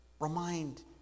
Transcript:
remind